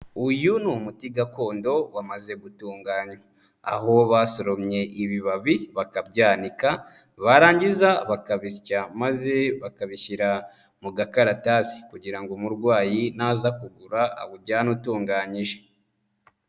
Uyu ni umuti gakondo wamaze gutunganywa aho basoromye ibibabi bakabyanika, barangiza bakabisya maze bakabishyira mu gakaratasi kugira ngo umurwayi naza kugura awujyane utunganyije.